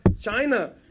China